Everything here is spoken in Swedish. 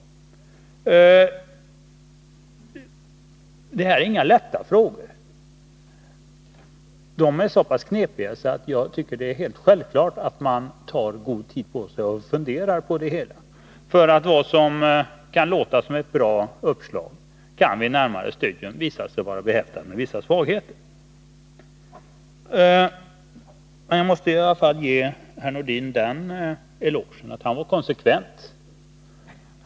Detta är inga lätta frågor. De är så knepiga att jag tycker det är självklart att man tar god tid på sig och funderar på dem. Vad som kan låta som ett bra uppslag kan vid ett närmare studium visa sig vara behäftat med vissa brister. Jag ger emellertid Sven-Erik Nordin en eloge för att han var konsekvent.